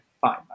fine